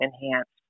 enhanced